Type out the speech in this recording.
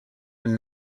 and